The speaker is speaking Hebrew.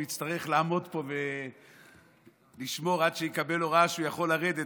יצטרך לעמוד פה ולשמור עד שיקבל הוראה שהוא יכול לרדת.